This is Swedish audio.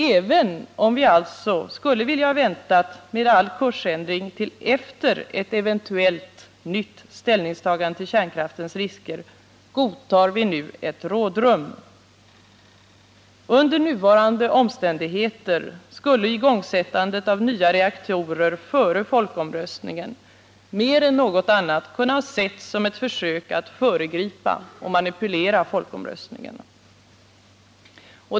Även om vi alltså skulle vilja vänta med all kursändring till efter ett eventuellt nytt ställningstagande till kärnkraftens risker, godtar vi nu ett rådrum. Under nuvarande omständigheter skulle igångsättandet av nya reaktorer före folkomröstningen mer än något annat kunna ha setts som ett försök att föregripa och manipulera folkomröstningen.